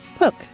Look